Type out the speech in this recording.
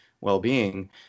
well-being